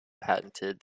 patented